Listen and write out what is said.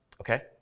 okay